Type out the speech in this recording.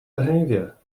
behavior